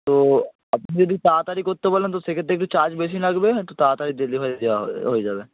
তো আপনি যদি তাড়াতাড়ি করতে বলেন তো সেক্ষেত্রে একটু চার্জ বেশি লাগবে একটু তাড়াতাড়ি ডেলিভারি দেওয়া হয়ে যাবে